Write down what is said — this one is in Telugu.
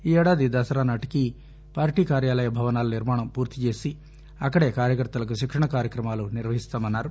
ఈ ఏడాది దసరా నాటికి పార్టీ కార్యాలయ భవనాల నిర్మాణం పూర్తి చేసి అక్కదే కార్యకర్తలకు శిక్షణా కార్యక్రమాలు నిర్వహిస్తామన్నారు